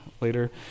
later